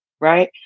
right